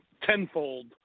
tenfold